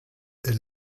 est